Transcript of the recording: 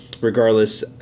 regardless